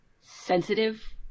sensitive